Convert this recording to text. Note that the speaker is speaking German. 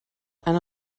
ein